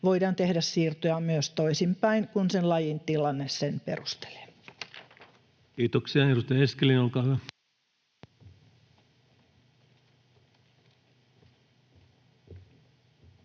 voidaan tehdä siirtoja myös toisinpäin, kun sen lajin tilanne sen perustelee. Kiitoksia. — Edustaja Eskelinen, olkaa hyvä.